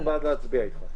אנחנו בעד להצביע איתך.